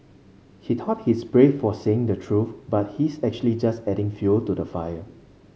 he thought he's brave for saying the truth but he's actually just adding fuel to the fire